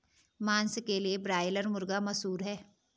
मांस के लिए ब्रायलर मुर्गा मशहूर है